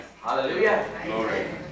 Hallelujah